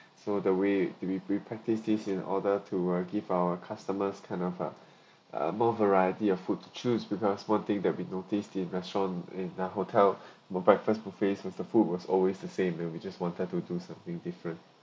so the way to be we practices this in order to uh give our customers kind of a uh more variety of food to choose because one thing that we noticed in restaurant in a hotel the breakfast buffet with the food was always the same and we just wanted to do something different